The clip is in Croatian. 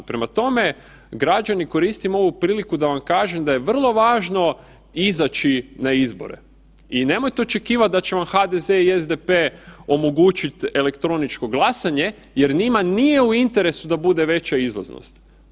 Prema tome, građani koristim ovu priliku da vam kažem da je vrlo važno izaći na izbore i nemojte očekivat da će vam HDZ i SDP omogućiti elektroničko glasanje jer njima nije u interesu da bude veća izlaznost.